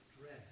Dread